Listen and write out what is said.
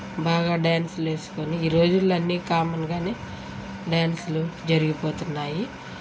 బాగా డ్యాన్సులు వేసుకుని ఈ రోజుల్లో అన్నీ కామన్గానే డ్యాన్స్లు జరిగిపోతున్నాయి